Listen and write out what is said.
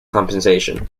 compensation